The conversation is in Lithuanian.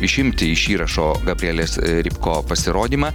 išimti iš įrašo gabrielės rybko pasirodymą